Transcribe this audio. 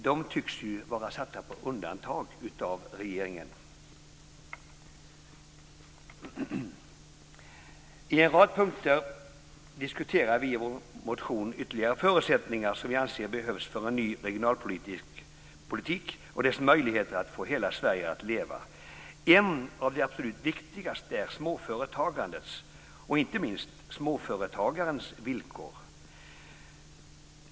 De tycks ju vara satta på undantag av regeringen. I en rad punkter i vår motion diskuterar vi ytterligare förutsättningar som vi anser behövs för en ny regionalpolitiks möjligheter att få hela Sverige att leva. En av de absolut viktigaste är småföretagandets och, inte minst, småföretagarens villkor.